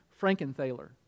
Frankenthaler